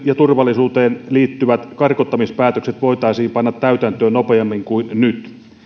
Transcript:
ja turvallisuuteen liittyvät karkottamispäätökset voitaisiin panna täytäntöön nopeammin kuin nyt